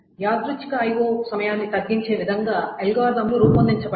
యాదృచ్ఛిక IO సమయాన్ని తగ్గించే విధంగా అల్గోరిథంలు రూపొందించబడ్డాయి